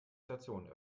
station